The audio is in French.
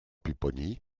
pupponi